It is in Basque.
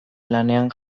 lanean